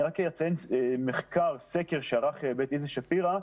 אני רק אציין מחקר, סקר שערך בית איזי שפירא.